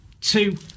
two